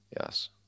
Yes